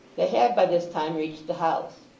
they had by this time reached the house.